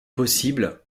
possibles